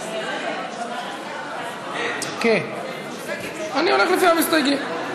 אני הולך לפי המסתייגים.